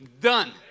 done